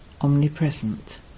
omnipresent